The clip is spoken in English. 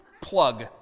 plug